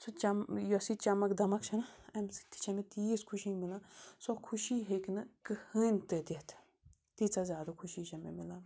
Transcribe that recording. سُہ چَم یۄس یہِ چَمک دھَمک چھَنَہ امہِ سۭتۍ تہِ چھےٚ مےٚ تیٖژ خوشی مِلان سۄ خوشی ہیٚکہِ نہٕ کٕہٕنۍ تہِ دِتھ تیٖژاہ زیادٕ خوشی چھےٚ مےٚ مِلان